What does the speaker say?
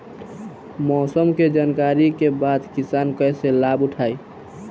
मौसम के जानकरी के बाद किसान कैसे लाभ उठाएं?